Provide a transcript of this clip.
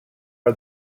are